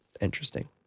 interesting